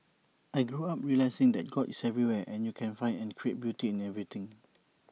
I grew up realising that God is everywhere and you can find and create beauty in everything